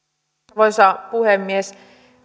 arvoisa puhemies